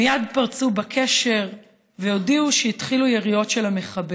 מייד פרצו בקשר והודיעו שהתחילו יריות של המחבל.